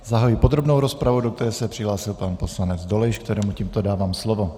Zahajuji podrobnou rozpravu, do které se přihlásil pan poslanec Dolejš, kterému tímto dávám slovo.